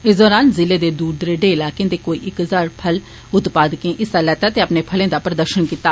इस दौरान जिले दे दूर दरेडे इलाके दे कोई इक हजार फल उत्पादके हिस्सा लैता ते अपने फलें दा प्रदर्षन कीता